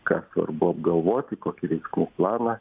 ką svarbu apgalvoti kokį veiksmų planą